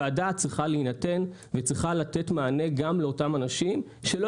והדעת צריכה להינתן וצריכה לתת מענה גם לאותם אנשים שלא